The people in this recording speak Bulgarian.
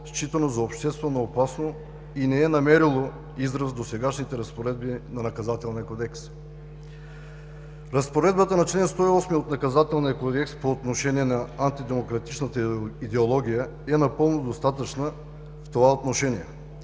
считано за общественоопасно и не е намерило израз в досегашните разпоредби на Наказателния кодекс. Разпоредбата на чл. 108 от Наказателния кодекс по отношение на антидемократичната идеология е напълно достатъчна в това отношение.